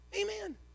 Amen